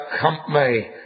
company